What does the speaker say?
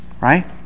Right